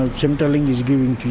and centrelink is giving